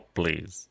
please